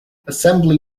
assembly